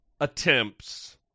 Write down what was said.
attempts